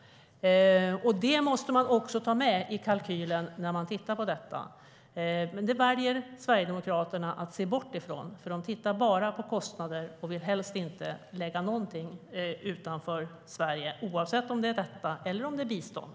Det måste man också ta med i kalkylen när man tittar på detta. Det väljer dock Sverigedemokraterna att se bort ifrån. De tittar bara på kostnader och vill helst inte lägga någonting utanför Sverige oavsett om det är detta eller om det är bistånd.